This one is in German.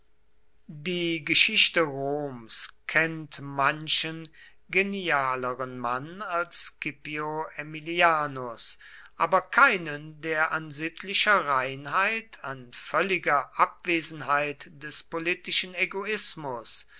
die geschichte roms kennt manchen genialeren mann als scipio aemilianus aber keinen der an sittlicher reinheit an völliger abwesenheit des politischen egoismus